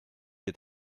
est